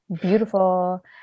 beautiful